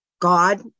God